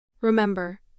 Remember